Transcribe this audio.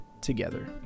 together